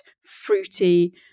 fruity